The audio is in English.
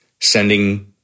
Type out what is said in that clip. sending